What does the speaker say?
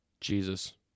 Jesus